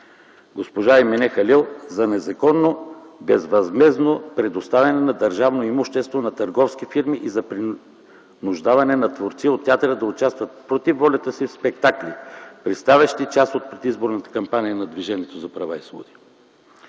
госпожа Емине Халил за незаконно безвъзмездно предоставяне на държавно имущество на търговски фирми и за принуждаване на творци от театъра да участват против волята си в спектакли, представящи част от предизборната кампания на Движението за права и свободи.